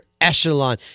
echelon